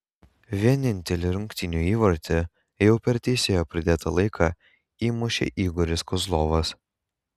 vienintelį rungtynių įvartį jau per teisėjo pridėtą laiką įmušė igoris kozlovas